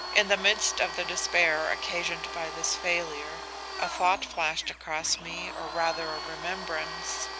in the midst of the despair occasioned by this failure a thought flashed across me or rather a remembrance.